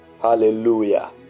Hallelujah